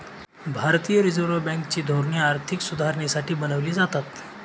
भारतीय Reserve Bank ची धोरणे आर्थिक सुधारणेसाठी बनवली जातात